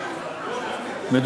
תודה,